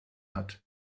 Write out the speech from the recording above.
hat